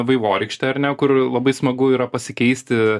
vaivorykšte ar ne kur labai smagu yra pasikeisti